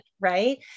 right